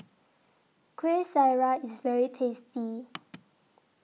Kueh Syara IS very tasty